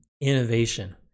innovation